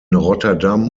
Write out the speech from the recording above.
rotterdam